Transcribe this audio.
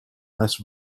less